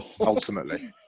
ultimately